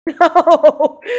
No